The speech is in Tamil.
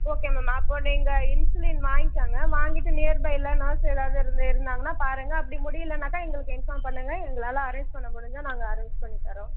ஓகே மேம் அப்போது நீங்கள் இன்சுலின் வாங்கிக்கோங்க வாங்கிட்டு நியர் பையில் நர்ஸ் யாராவது இருந் இருந்தாங்கன்னால் பாருங்கள் அப்படி முடியலனாக்கா எங்களுக்கு இன்ஃபார்ம் பண்ணுங்க எங்களால் அரேஞ் பண்ண முடிஞ்சால் நாங்கள் அரேஞ் பண்ணி தர்றோம்